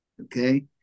Okay